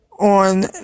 on